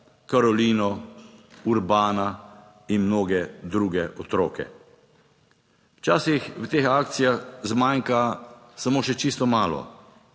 Karolino, Urbana in mnoge druge otroke. Včasih v teh akcijah zmanjka samo še čisto malo.